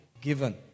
given